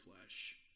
flesh